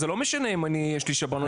אז זה לא משנה אם יש לי או אין לי שב"ן.